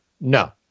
no